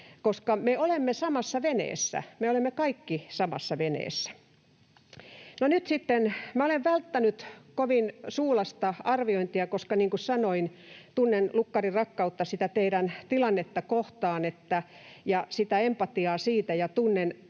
koska me olemme samassa veneessä. Me olemme kaikki samassa veneessä. Minä olen välttänyt kovin suulasta arviointia, koska niin kuin sanoin, tunnen lukkarinrakkautta teidän tilannettanne kohtaan ja empatiaa ja tunnen